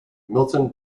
milton